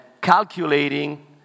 calculating